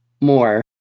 more